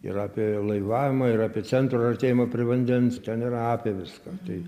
ir apie laivavimą ir apie centro artėjimą prie vandens ten yra apie viską tai